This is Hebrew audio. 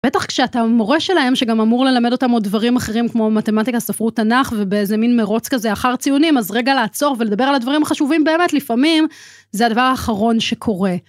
בטח כשאתה מורה שלהם, שגם אמור ללמד אותם עוד דברים אחרים, כמו מתמטיקה, ספרות, תנ״ך ובאיזה מין מרוץ כזה אחר ציונים, אז רגע לעצור ולדבר על הדברים החשובים באמת, לפעמים זה הדבר האחרון שקורה.